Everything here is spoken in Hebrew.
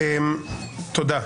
תודה.